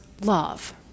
love